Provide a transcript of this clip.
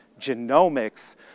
genomics